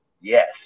yes